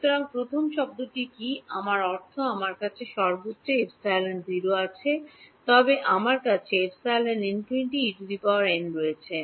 সুতরাং প্রথম শব্দটি কী আমার অর্থ আমার কাছে সর্বত্র ε0 আছে তবে আমার কাছে ε∞ En রয়েছে